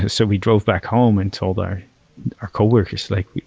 so we drove back home and told our our coworkers, like,